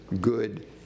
good